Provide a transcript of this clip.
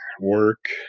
work